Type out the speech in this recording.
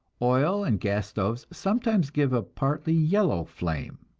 oil and gas stoves sometimes give a partly yellow flame.